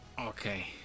okay